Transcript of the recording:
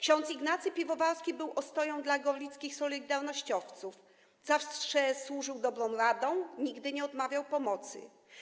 Ks. Ignacy Piwowarski był ostoją dla gorlickich solidarnościowców, zawsze służył dobrą radą, nigdy nie omawiał pomocy.